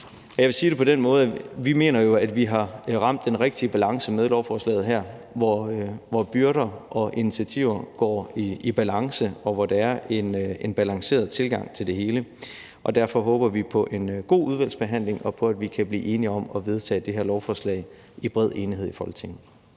Jeg vil sige det på den måde, at vi jo mener, at vi har ramt den rigtige balance med lovforslaget her, hvor byrder og initiativer går i balance, og hvor der er en balanceret tilgang til det hele. Og derfor håber regeringen på en god udvalgsbehandling og på, at vi kan blive enige om at vedtage det her lovforslag i bred enighed i Folketinget.